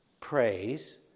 praise